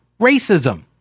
racism